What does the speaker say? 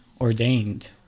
ordained